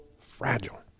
fragile